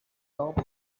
top